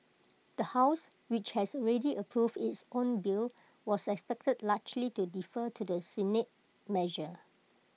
the house which has already approved its own bill was expected largely to defer to the Senate measure